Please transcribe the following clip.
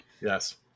Yes